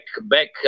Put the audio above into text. back